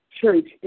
church